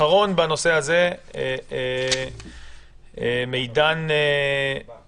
אחרון בנושא הזה מידן בר,